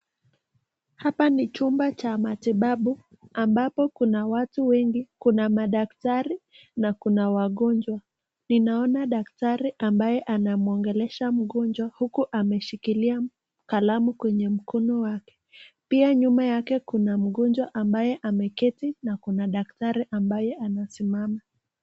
Hapa ni chumba cha matibabu, ambapo kuna watu wengi. Kuna madaktari na kuna wagonjwa. Ninaona daktari ambaye anamuongelesha mgonjwa huku ameshikilia kalamu kwenye mkono wake. Pia nyuma yake kuna mgonjwa ambaye ameketi na kuna daktari ambaye amesimama.